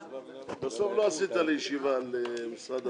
בסוף לא עשית לי ישיבה על משרד הפנים.